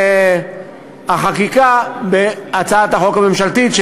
בהמשך החקיקה בהצעת החוק הממשלתית,